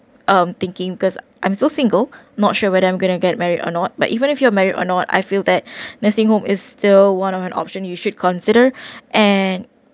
um thinking because I'm still single not sure whether I'm gonna get married or not but even if you are married or not I feel that nursing home is still one of an option you should consider and